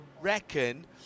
reckon